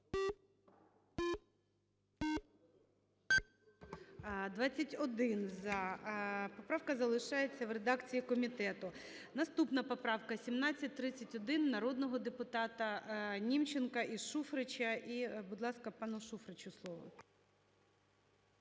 За-21 Поправка залишається в редакції комітету. Наступна поправка 1731 народного депутата Німченка і Шуфрича. І, будь ласка, пану Шуфричу слово.